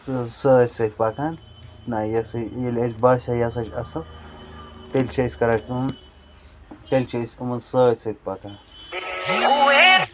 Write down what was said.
سۭتۍ سۭتۍ پَکان نہَ یہِ ہَسا ییٚلہِ اَسہِ باسیٚو یہِ ہَسا چھ اصٕل تیٚلہِ چھِ أسۍ کَران کٲم تیٚلہِ چھِ أسۍ یِمن سۭتۍ سۭتۍ پَکان